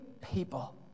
people